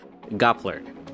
Gopler